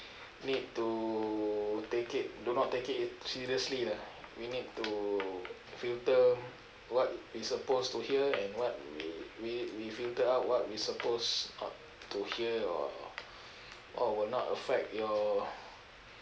need to take it do not take it seriously lah we need to filter what we supposed to hear and what we we need we filter out what we supposed o~ to hear or what will not affect your